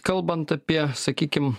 kalbant apie sakykim